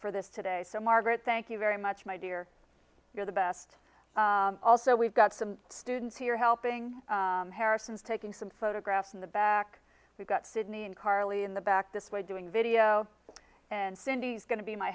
for this today so margaret thank you very much my dear you're the best also we've got some students here helping harrison's taking some photographs in the back we've got sidney and carly in the back this way doing video and cindy's going to be my